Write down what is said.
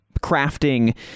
crafting